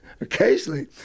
occasionally